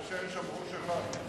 יושב-ראש ועדה ממונה,